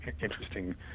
interesting